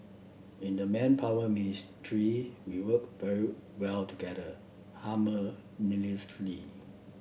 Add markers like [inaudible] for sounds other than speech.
in the Manpower Ministry we work very well together [unintelligible]